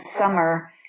summer